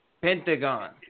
Pentagon